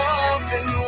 open